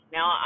Now